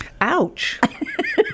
Ouch